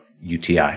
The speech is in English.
UTI